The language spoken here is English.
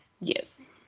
Yes